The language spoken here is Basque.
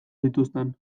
zituzten